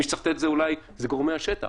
מי שצריך להשיב אולי אלו גורמי השטח,